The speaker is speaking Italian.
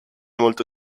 molto